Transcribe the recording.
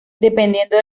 dependiendo